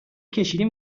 کشیدیم